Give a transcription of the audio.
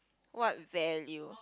what value